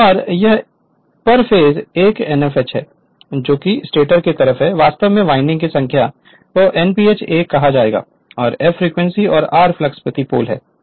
और यह पर फेस1 Nfh है जो कि स्टेटर की तरफ है वास्तव में वाइंडिंग की संख्या को Nph 1 कहा जाएगा और f फ्रीक्वेंसी और r फ्लक्स प्रति पोल है